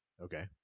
Okay